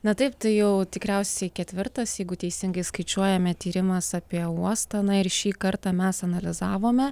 na taip tai jau tikriausiai ketvirtas jeigu teisingai skaičiuojame tyrimas apie uostą na ir šį kartą mes analizavome